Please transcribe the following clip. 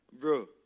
bro